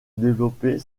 développer